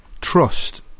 trust